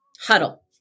huddle